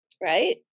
Right